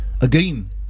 Again